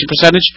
percentage